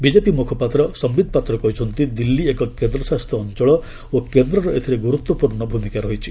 BJP ମୁଖପାତ୍ର ସମ୍ପିତ୍ ପାତ୍ର କହିଛନ୍ତି ଦିଲ୍ଲୀ ଏକ କେନ୍ଦ୍ରଶାସିତ ଅଞ୍ଚଳ ଓ କେନ୍ଦ୍ରର ଏଥିରେ ଗୁରୁତ୍ୱପୂର୍ଣ୍ଣ ଭୂମିକା ରହିଛି